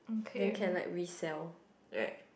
then can like resell right